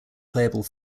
playable